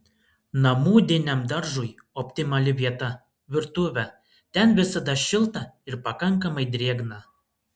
namudiniam daržui optimali vieta virtuvė ten visada šilta ir pakankamai drėgna